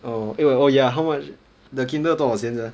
orh eh oh ya how much the Kindle 多少钱 sia